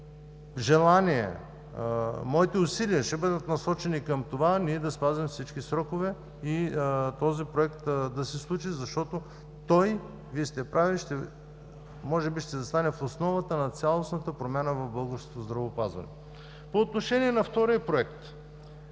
моите усилия ще бъдат насочени към това да бъдат спазени всички срокове и този проект да се случи, защото той, Вие сте прави, може би ще застане в основата на цялостната промяна в българското здравеопазване. По отношение на втория проект